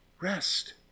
rest